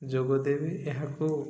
ଯୋଗଦେବି ଏହାକୁ